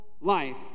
life